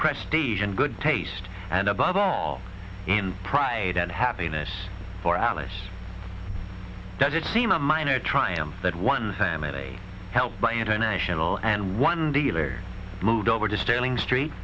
prestige and good taste and above all in pride and happiness for alice does it seem a minor triumph that one family helped by international and one dealer moved over distilling street